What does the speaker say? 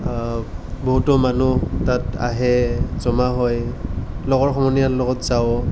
বহুতো মানুহ তাত আহে জমা হয় লগৰ সমনীয়াৰ লগত যাওঁ